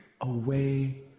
away